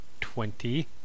twenty